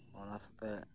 ᱚᱱᱟ ᱥᱟᱛᱮᱜ